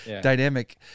dynamic